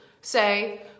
say